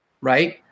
right